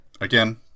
again